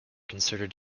considered